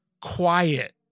Quiet